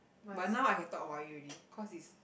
but now I can talk about it already cause it's